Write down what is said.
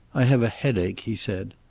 i have a headache, he said.